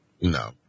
No